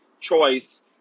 choice